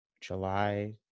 july